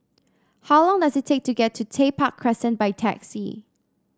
how long does it take to get to Tech Park Crescent by taxi